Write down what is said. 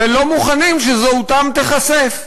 ולא מוכנים שזהותם תיחשף.